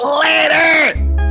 later